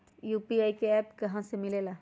UPI का app कहा से मिलेला?